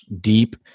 deep